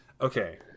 okay